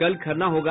कल खरना होगा